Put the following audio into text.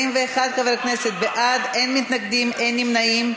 41 חברי כנסת בעד, אין מתנגדים, אין נמנעים.